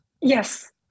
Yes